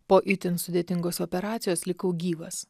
po itin sudėtingos operacijos likau gyvas